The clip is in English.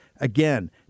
Again